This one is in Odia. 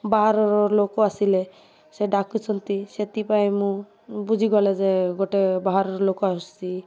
ବାହାରର ଲୋକ ଆସିଲେ ସେ ଡାକୁଛନ୍ତି ସେଥିପାଇଁ ମୁଁ ବୁଝିଗଲେ ଯେ ଗୋଟେ ବାହାରର ଲୋକ ଆସୁଛି